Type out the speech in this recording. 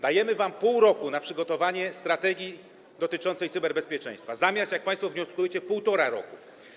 Dajemy wam pół roku na przygotowanie strategii dotyczącej cyberbezpieczeństwa, zamiast, jak państwo wnioskujecie, 1,5 roku.